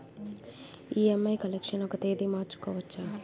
EMI collection ఒక తేదీ మార్చుకోవచ్చా?